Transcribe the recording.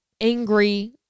angry